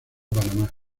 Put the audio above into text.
panamá